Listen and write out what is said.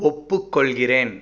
ஒப்புக்கொள்கிறேன்